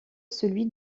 celui